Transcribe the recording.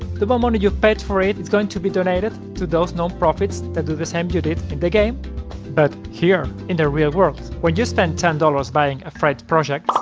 the more money you've paid for it is going to be donated to those nonprofits that do the same you did in the game, but here, in the real world. when you spend ten buying afraid project,